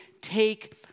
take